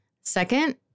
Second